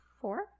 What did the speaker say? four